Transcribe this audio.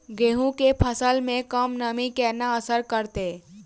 गेंहूँ केँ फसल मे कम नमी केना असर करतै?